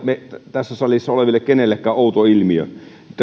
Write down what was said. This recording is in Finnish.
tässä salissa oleville kenellekään outo ilmiö